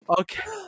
Okay